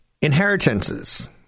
Inheritances